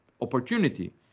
opportunity